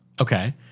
Okay